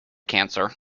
cancer